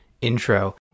intro